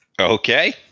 Okay